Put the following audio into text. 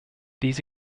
these